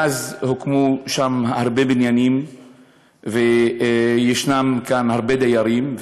הוקמו שם אז הרבה בניינים וישנם גם הרבה דיירים,